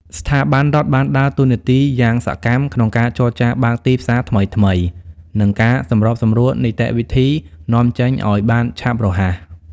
ស្ថាប័នរដ្ឋបានដើរតួនាទីយ៉ាងសកម្មក្នុងការចរចាបើកទីផ្សារថ្មីៗ និងការសម្របសម្រួលនីតិវិធីនាំចេញឱ្យបានឆាប់រហ័ស។